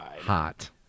hot